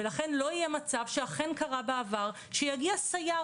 ולכן לא יהיה מצב שאכן קרה בעבר שיגיע סייר